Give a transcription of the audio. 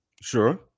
Sure